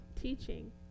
teaching